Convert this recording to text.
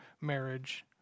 marriage